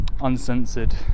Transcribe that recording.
uncensored